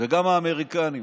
וגם האמריקנים